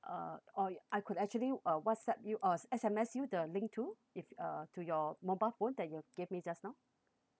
uh or I could actually uh whatsapp you uh S_M_S you the link too if uh to your mobile phone that you gave me just now